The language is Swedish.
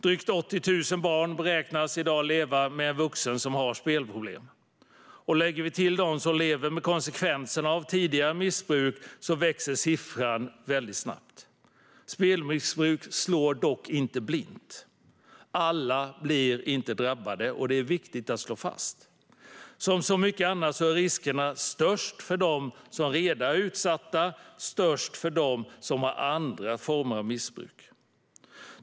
Drygt 80 000 barn beräknas i dag leva med en vuxen som har spelproblem. Och lägger vi till dem som lever med konsekvenserna av tidigare missbruk växer siffran väldigt snabbt. Spelmissbruk slår dock inte blint. Alla blir inte drabbade - det är viktigt att slå fast det. Som när det gäller mycket annat är riskerna störst för dem som redan är utsatta. De är störst för dem som har andra former av missbruk.